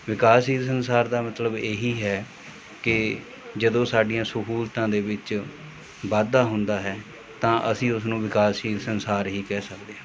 ਵਿਕਾਸਸ਼ੀਲ ਸੰਸਾਰ ਦਾ ਮਤਲਬ ਇਹ ਹੀ ਹੈ ਕਿ ਜਦੋਂ ਸਾਡੀਆਂ ਸਹੂਲਤਾਂ ਦੇ ਵਿੱਚ ਵਾਧਾ ਹੁੰਦਾ ਹੈ ਤਾਂ ਅਸੀਂ ਉਸਨੂੰ ਵਿਕਾਸਸ਼ੀਲ ਸੰਸਾਰ ਹੀ ਕਹਿ ਸਕਦੇ ਹਾਂ